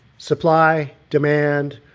supply demand,